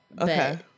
okay